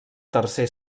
tercer